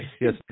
Yes